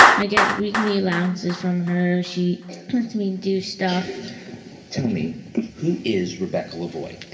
i get weekly allowances from her. she lets me do stuff to me is rebecca laboy?